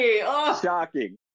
shocking